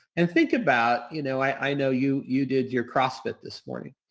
and think about you know i know you you did your crossfit this morning.